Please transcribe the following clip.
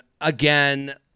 again